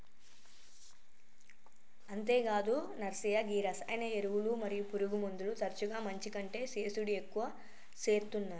అంతేగాదు నర్సయ్య గీ రసాయన ఎరువులు మరియు పురుగుమందులు తరచుగా మంచి కంటే సేసుడి ఎక్కువ సేత్తునాయి